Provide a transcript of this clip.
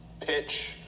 pitch